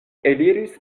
eliris